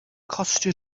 costio